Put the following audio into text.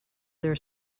their